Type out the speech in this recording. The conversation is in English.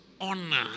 honor